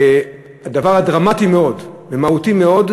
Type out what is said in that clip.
דבר דרמטי מאוד ומהותי מאוד,